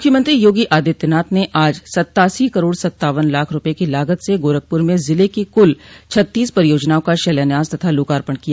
मुख्यमंत्री योगी आदित्यनाथ ने आज सत्तासी करोड़ सत्तावन लाख रूपये की लागत से गोरखपूर में जिले की कूल छत्तीस परियोजनाओं का शिलान्यास तथा लोकार्पण किया